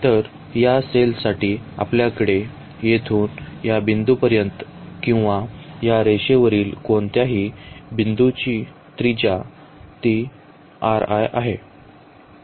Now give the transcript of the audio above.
तर या सेल साठी आपल्याकडे येथून या बिंदूपर्यंत किंवा या रेषेवरील कोणत्याही बिंदूची त्रिज्या तीआहे